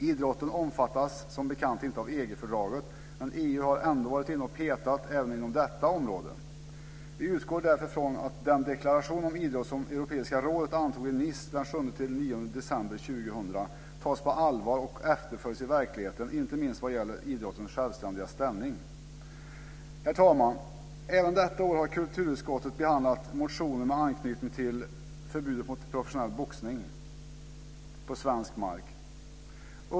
Idrotten omfattas som bekant inte av EG-fördraget, men EU har ändå varit inne och petat även inom detta område. Vi utgår därför från att den deklaration om idrott som Europeiska rådet antog i Nice den 7-9 december 2000 tas på allvar och efterföljs i verkligheten, inte minst vad gäller idrottens självständiga ställning. Herr talman! Även detta år har kulturutskottet behandlat motioner med anknytning till förbudet mot professionell boxning på svensk mark.